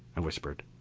i whispered.